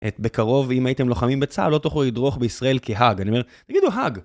בקרוב, אם הייתם לוחמים בצה"ל, לא תוכלו לדרוך בישראל כהאג, אני אומר, תגידו, האג,